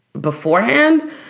beforehand